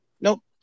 nope